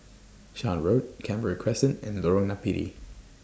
Shan Road Canberra Crescent and Lorong Napiri